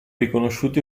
riconosciuti